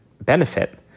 benefit